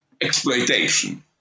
exploitation